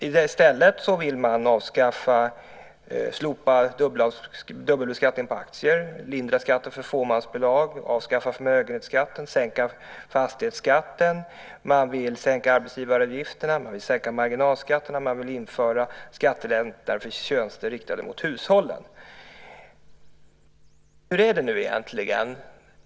I stället vill man slopa dubbelbeskattningen på aktier, lindra skatten för fåmansbolag, avskaffa förmögenhetsskatten och sänka fastighetsskatten, arbetsgivaravgifterna och marginalskatterna. Vidare vill man införa skattelättnader för tjänster riktade mot hushållen. Hur är det nu egentligen?